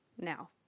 now